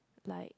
like